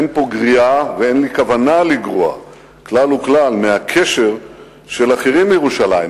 אין פה גריעה ואין לי כוונה לגרוע כלל וכלל מהקשר של אחרים לירושלים,